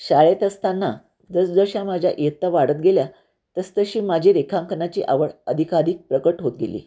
शाळेत असताना जसजशा माझ्या इयत्ता वाढत गेल्या तसतशी माझी रेखांकनाची आवड अधिकाधिक प्रगट होत गेली